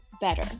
better